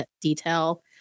detail